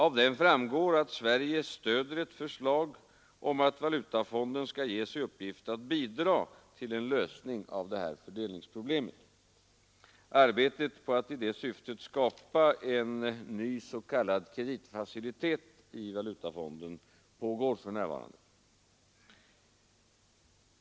Av den framgår att Sverige stöder ett förslag om att valutafonden skall ges i uppdrag att bidra till en lösning av detta fördelningsproblem. Arbetet på att i det syftet skapa en ny s.k. kreditfacilitet i valutafonden pågår för närvarande.